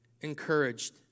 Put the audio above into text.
encouraged